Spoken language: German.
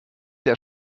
der